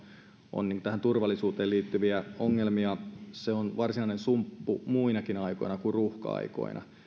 on tähän turvallisuuteen liittyviä ongelmia se on varsinainen sumppu muinakin aikoina kuin ruuhka aikoina